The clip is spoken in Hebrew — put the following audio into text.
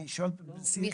אני שואלת בשיא